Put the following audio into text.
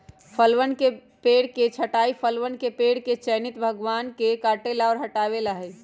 फलवन के पेड़ के छंटाई फलवन के पेड़ के चयनित भागवन के काटे ला और हटावे ला हई